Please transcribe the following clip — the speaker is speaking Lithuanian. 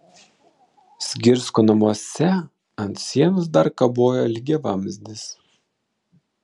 zgirsko namuose ant sienos dar kabojo lygiavamzdis